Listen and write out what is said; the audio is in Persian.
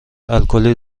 الکلی